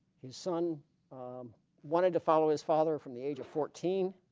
his son wanted to follow his father from the age of fourteen,